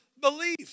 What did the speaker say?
belief